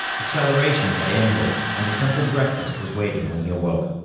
acceleration had ended, and a simple breakfast was waiting when he awoke.